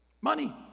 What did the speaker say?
Money